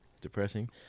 depressing